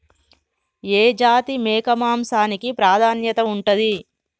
ఏ జాతి మేక మాంసానికి ప్రాధాన్యత ఉంటది?